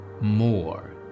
more